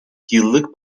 yıllık